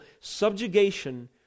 subjugation